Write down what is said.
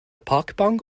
parkbank